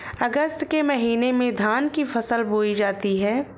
अगस्त के महीने में धान की फसल बोई जाती हैं